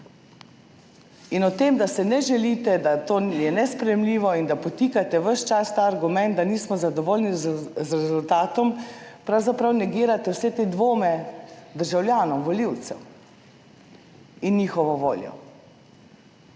In o tem, da se ne želite, da to je nesprejemljivo in da podtikate ves čas ta argument, da nismo zadovoljni z rezultatom, pravzaprav negirate vse te dvome državljanov, volivcev in njihovo voljo.